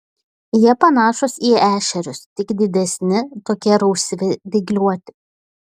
jie panašūs į ešerius tik didesni tokie rausvi dygliuoti